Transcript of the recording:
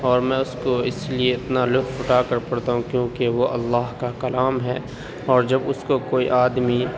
اور میں اس کو اس لیے اتنا لطف اٹھا کر پڑھتا ہوں کیونکہ وہ اللہ کا کلام ہے اور جب اس کو کوئی آدمی